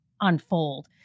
unfold